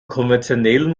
konventionellen